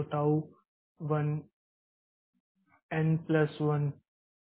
तो tau 1 N plus 1tau1n1